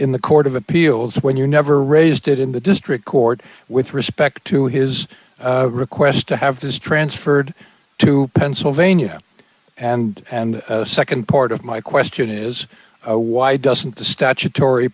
in the court of appeals when you never raised it in the district court with respect to his request to have this transferred to pennsylvania and and nd part of my question is why doesn't the statutory